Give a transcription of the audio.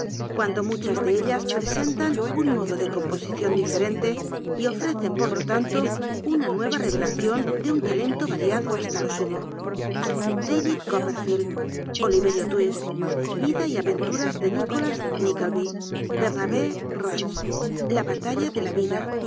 cuando muchas de ellas presentan un modo de composicion diferente y ofreceu por lo tanto una nueva revelacion de un talento variado hasta lo sumo david coppe field olivel'io twist vida y aveturas biblioteca nacional de españa vji carlos dickens de i yicolas lyickleby bernabé rllge la batalla de la villa